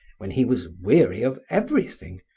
when he was weary of everything,